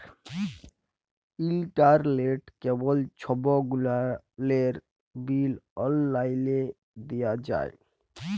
ইলটারলেট, কেবল ছব গুলালের বিল অললাইলে দিঁয়া যায়